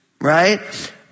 right